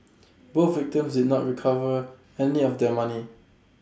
both victims did not recover any of their money